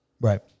Right